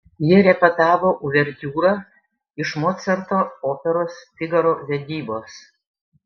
jie repetavo uvertiūrą iš mocarto operos figaro vedybos